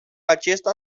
acesta